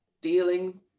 dealing